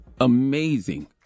Amazing